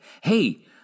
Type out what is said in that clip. hey